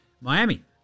Miami